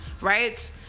right